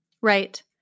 Right